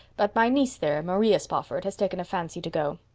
but my niece there, maria spofford, has taken a fancy to go.